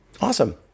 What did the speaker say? Awesome